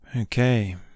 Okay